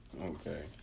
Okay